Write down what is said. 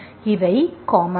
எனவே இவை காமன்